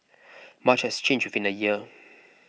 much has changed within a year